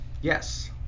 Yes